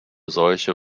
solche